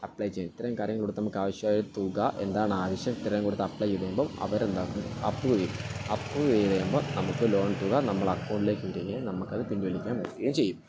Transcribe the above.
apply ചെയ്യാൻ ഇത്രയും കാര്യങ്ങള് കൊടുത്താല് നമ്മള്ക്കാവശ്യമായ തുക എന്താണാവശ്യം ഇത്രയും കൊടുത്തപ്ലൈ ചെയ്തുകഴിയുമ്പോള് അവരെന്താക്കും അപ്രൂവെയ്യും അപ്രൂവ് ചെയ്തുകഴിയുമ്പോള് നമ്മള്ക്ക് ലോൺ തുക നമ്മളുടെ അക്കൗണ്ടിലേക്കിടുകയും നമ്മള്ക്കതു പിൻവലിക്കാൻ പറ്റുകയും ചെയ്യും